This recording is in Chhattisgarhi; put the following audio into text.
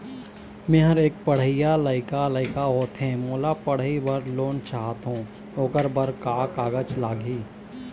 मेहर एक पढ़इया लइका लइका होथे मोला पढ़ई बर लोन चाहथों ओकर बर का का कागज लगही?